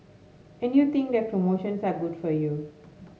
and you think that promotions are good for you